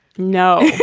no